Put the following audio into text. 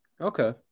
Okay